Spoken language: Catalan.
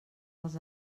els